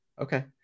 Okay